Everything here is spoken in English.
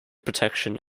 protection